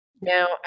Now